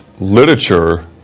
literature